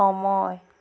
সময়